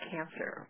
Cancer